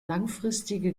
langfristige